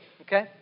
Okay